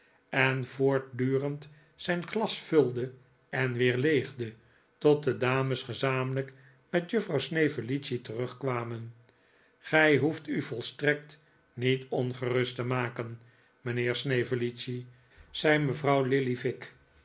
en voortdurend zijn glas vulde en weer leegde tot de dames gezamenlijk met juffrouw snevellicci terugkwamen gij hoeft u volstrekt niet ongerust te maken mijnheer snevellicci zei mevrouw lillyvick